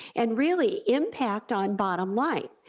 and really impact on bottom line.